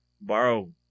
borrow